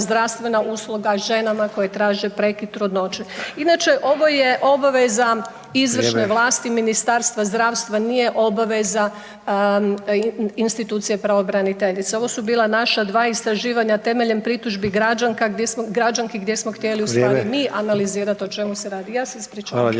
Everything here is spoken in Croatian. zdravstvena usluga ženama koje traže prekid trudnoće. Inače, ovo je obaveza izvršne vlasti… …/Upadica Sanader: Vrijeme./… … izvršne vlasti Ministarstva zdravstva, nije obaveza institucije pravobraniteljice. Ovo su bila naša dva istraživanja temeljem pritužbi građanki gdje smo … …/Upadica Sanader: Vrijeme./… … htjeli ustvari mi analizirati o čemu se radi. Ja se ispričavam.